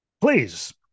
Please